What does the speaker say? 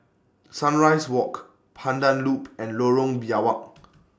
Sunrise Walk Pandan Loop and Lorong Biawak